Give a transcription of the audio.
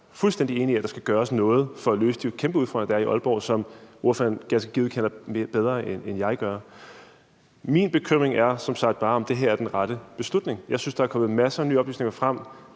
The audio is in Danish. Jeg er fuldstændig enig i, at der skal gøres noget for at løse de kæmpe udfordringer, der er i Aalborg, og som ordføreren ganske givet kender bedre, end jeg gør. Min bekymring er som sagt bare, om det her er den rette beslutning. Jeg synes, der er kommet masser af nye oplysninger frem.